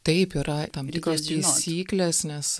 taip yra tam tikros taisyklės nes